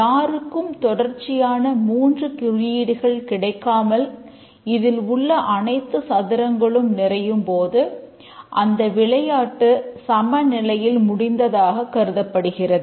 யாருக்கும் தொடர்ச்சியான 3 குறியீடுகள் கிடைக்காமல் இதில் உள்ள அனைத்து சதுரங்களும் நிறையும் போது இந்த விளையாட்டு சமநிலையில் முடிந்ததாகக் கருதப்படுகிறது